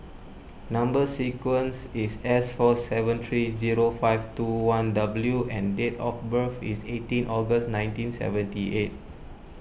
Number Sequence is S four seven three zero five two one W and date of birth is eighteen August nineteen seventy eight